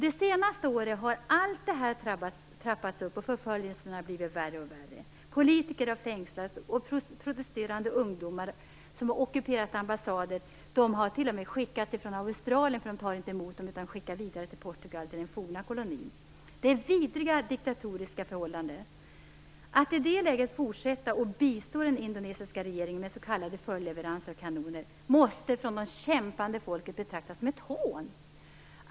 Det senaste året har oroligheterna trappats upp och förföljelserna blivit värre och värre. Politiker har fängslats. Protesterande ungdomar som har ockuperat ambassader har skickats från Australien, där de inte tas emot, vidare till Portugal. Det är vidriga diktatoriska förhållanden. Att i det läget fortsätta att bistå den indonesiska regeringen med s.k. följdleveranser av kanoner måste av det kämpande folket betraktas som ett hån.